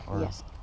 Yes